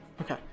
Okay